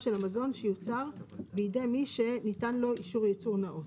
של המזון שיוצר בידי מי שניתן לו אישור הייצור הנאות.